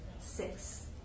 six